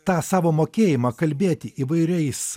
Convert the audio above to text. tą savo mokėjimą kalbėti įvairiais